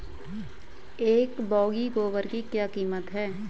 एक बोगी गोबर की क्या कीमत है?